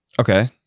Okay